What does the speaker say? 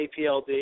APLD